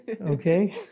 Okay